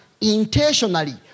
intentionally